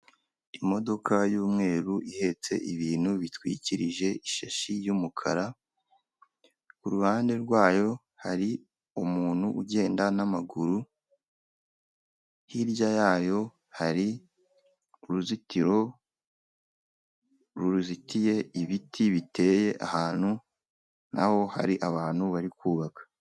Imodoka y'umweru ihetse ibintu bitwikirije ishashi y'umukara, k'uruhande rwayo hari umuntu ugenda n'amaguru, hirya yayo hari uruzitiro ruzitiye ibiti biteye ahantu naho hari abantu bari kubaka.